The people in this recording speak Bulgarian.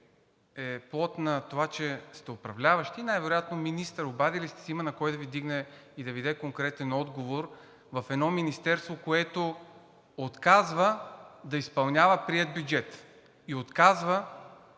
е плод на това, че сте управляващи. И най-вероятно министър – обадили сте се, има кой да Ви вдигне и да Ви даде конкретен отговор в едно министерство, което отказва да изпълнява приет бюджет и отказва